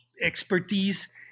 expertise